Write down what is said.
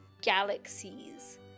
galaxies